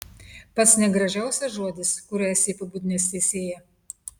pats negražiausias žodis kuriuo esi apibūdinęs teisėją